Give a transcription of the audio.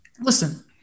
Listen